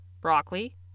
broccoli